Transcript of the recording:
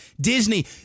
Disney